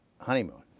honeymoon